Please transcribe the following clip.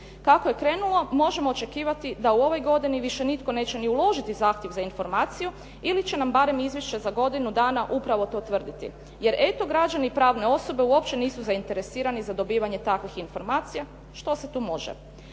Kako je krenulo, možemo očekivati da u ovoj godini više nitko neće ni uložiti zahtjev za informaciju ili će nam barem izvješća za godinu dana upravo to tvrditi, jer eto građani i pravne osobe uopće nisu zainteresirani za dobivanje takvih informacija. Što se tu može.